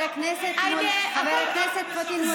מירב, בממשלה שלכם, חבר הכנסת פטין מולא.